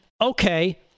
okay